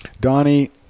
donnie